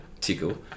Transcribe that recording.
tickle